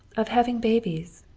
of having babies,